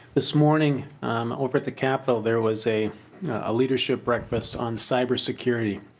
this morning ove r at the capital there was a ah leadership breakfast on cyber security.